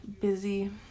busy